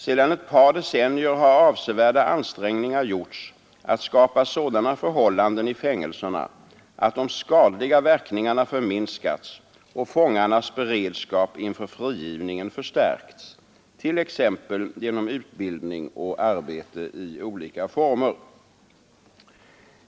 Sedan ett par decennier har avsevärda ansträngningar gjorts att skapa sådana förhållanden i fängelserna att de skadliga verkningarna förminskats och fångarnas beredskap inför frigivningen förstärkts t.ex. genom utbildning och arbete i olika former.